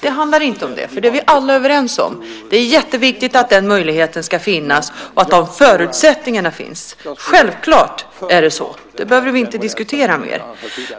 Det handlar inte om det, för det är vi alla överens om. Det är jätteviktigt att den möjligheten ska finnas och att förutsättningarna finns. Självklart, det behöver vi inte diskutera mer.